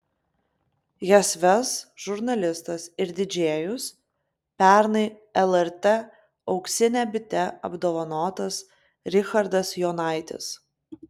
jas ves žurnalistas ir didžėjus pernai lrt auksine bite apdovanotas richardas jonaitis